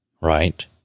Right